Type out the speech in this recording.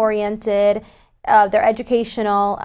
oriented they're educational